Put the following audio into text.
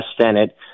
Senate